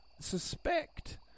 suspect